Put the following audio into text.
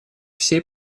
всей